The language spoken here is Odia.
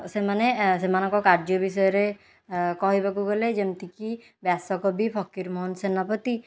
ସେମାନେ ସେମାନଙ୍କ କାର୍ଯ୍ୟ ବିଷୟରେ କହିବାକୁ ଗଲେ ଯେମିତିକି ବ୍ୟାସକବି ଫକୀର ମୋହନ ସେନାପତି